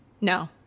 No